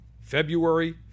February